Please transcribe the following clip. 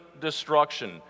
destruction